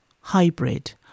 hybrid